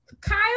Kyle